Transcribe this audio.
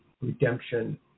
redemption